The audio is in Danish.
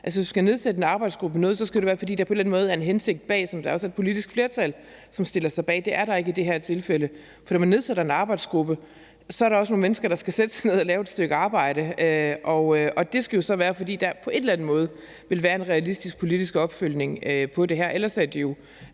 Altså, hvis vi skal nedsætte en arbejdsgruppe om noget, skal det på en eller anden måde være, fordi der er en hensigt bag, som der også er et politisk flertal, som stiller sig bag. Det er der ikke i det her tilfælde. For når man nedsætter en arbejdsgruppe, er der også nogle mennesker, der skal sætte sig ned og lave et stykke arbejde, og det skal jo så være, fordi der på en eller anden måde vil være en realistisk politisk opfølgning på det her. Ellers er det jo